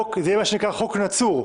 מה שנקרא, חוק נצור.